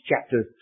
chapter